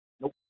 Nope